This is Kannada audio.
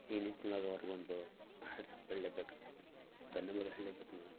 ಈ ನಿಟ್ನೊಳಗೆ ಅವ್ರಿಗೊಂದು ಹ್ಯಾಟ್ಸ್ ಆಫ್ ಹೇಳ್ಲೇಬೇಕು ಧನ್ಯವಾದ ಹೇಳ್ಲೇಬೇಕು ನಾವು